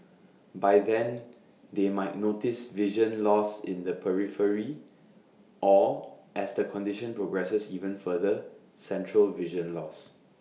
by then they might notice vision loss in the periphery or as the condition progresses even further central vision loss